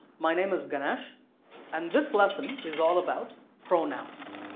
my name is ganesh and this lesson is all about pronouns.